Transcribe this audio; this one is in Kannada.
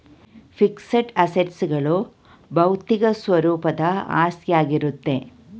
ಫಿಕ್ಸಡ್ ಅಸೆಟ್ಸ್ ಗಳು ಬೌದ್ಧಿಕ ಸ್ವರೂಪದ ಆಸ್ತಿಯಾಗಿರುತ್ತೆ